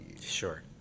Sure